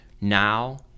now